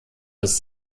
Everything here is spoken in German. des